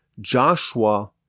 Joshua